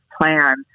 plan